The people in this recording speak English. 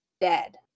dead